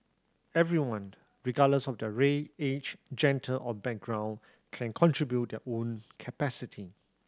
everyone regardless of their age or background can contribute their own capacity